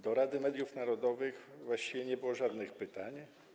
Do Rady Mediów Narodowych właściwie nie było żadnych pytań.